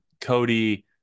Cody